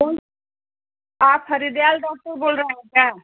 कौन आप हरिदयाल डॉक्टर बोल रहे हैं क्या